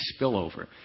spillover